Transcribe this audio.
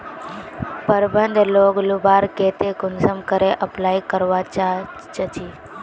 प्रबंधन लोन लुबार केते कुंसम करे अप्लाई करवा चाँ चची?